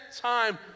time